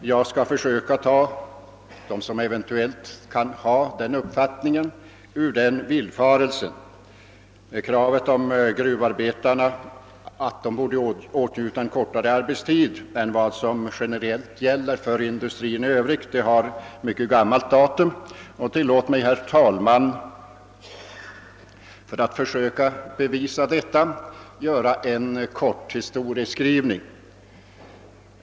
Jag skall försöka att ta dem som kan ha den uppfattningen ur deras villfarelse. Kravet att gruvarbetarna borde ha kortare arbetstid än vad som generellt gäller för industrin är av mycket gammalt datum. Låt mig, herr talman, försöka bevisa detta med en kort historieskrivning.